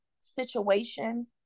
situation